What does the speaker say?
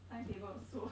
timetable also